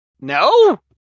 no